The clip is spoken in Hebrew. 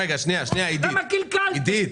למה קלקלתם?